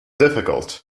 difficult